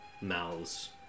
mouths